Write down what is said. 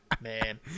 Man